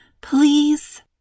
Please